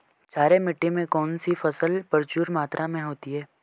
क्षारीय मिट्टी में कौन सी फसल प्रचुर मात्रा में होती है?